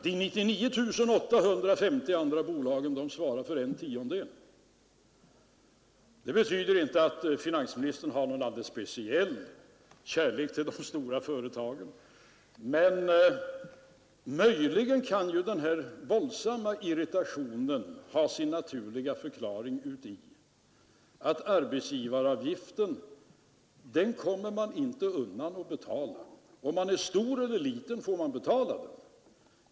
De 99 850 andra bolagen svarar för en Detta betyder inte att finansministern har någon alldeles speciell kärlek till de stora företagen. Men möjligen kan ju den här våldsamma irritationen ha sin naturliga förklaring i att arbetsgivaravgiften kommer man inte undan att betala — vare sig man är stor eller liten får man betala den.